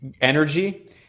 energy